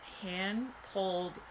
hand-pulled